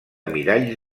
miralls